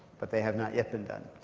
but they have not yet been done.